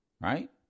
Right